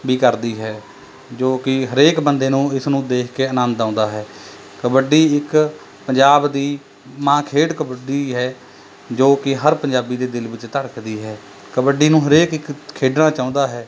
ਵੀ ਕਰਦੀ ਹੈ ਜੋ ਕਿ ਹਰੇਕ ਬੰਦੇ ਨੂੰ ਇਸ ਨੂੰ ਦੇਖ ਕੇ ਆਨੰਦ ਆਉਂਦਾ ਹੈ ਕਬੱਡੀ ਇੱਕ ਪੰਜਾਬ ਦੀ ਮਾਂ ਖੇਡ ਕਬੱਡੀ ਹੈ ਜੋ ਕਿ ਹਰ ਪੰਜਾਬੀ ਦੇ ਦਿਲ ਵਿੱਚ ਧੜਕਦੀ ਹੈ ਕਬੱਡੀ ਨੂੰ ਹਰੇਕ ਇੱਕ ਖੇਡਣਾ ਚਾਹੁੰਦਾ ਹੈ